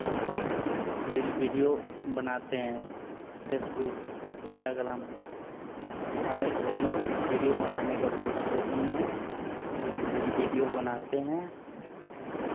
reel video बनाते हैं Facebook Instagram हमारा रील वीडियो बनाने का बहुत शौकीन है रील वीडियो बनाते हैं